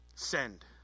send